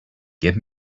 get